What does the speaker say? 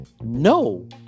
No